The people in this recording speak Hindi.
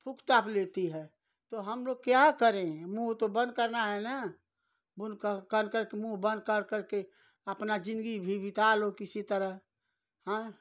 थूक ताप लेती है तो हमलोग क्या करें मुँह तो बन्द करना है ना बन्द कह करके मुँह बन्द कर करके अपनी जिन्दगी भी बिता लो किसी तरह हाँ